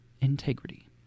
integrity